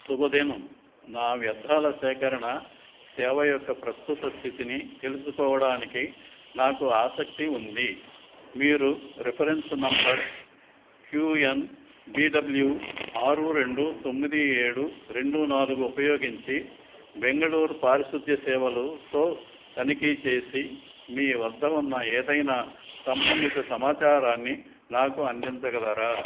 శుభదినం నా వ్యర్థాల సేకరణ సేవ యొక్క ప్రస్తుత స్థితిని తెలుసుకోవడానికి నాకు ఆసక్తి ఉంది మీరు reference number Q N B W ఆరు రెండు తొమ్మిది ఏడు రెండు నాలుగు ఉపయోగించి బెంగళూరు పారిశుద్ధ్యసేవలుతో తనిఖీ చేసి మీ వద్ద ఉన్న ఏదైనా సంబంధిత సమాచారాన్ని నాకు అందించగలరా